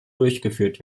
durchgeführt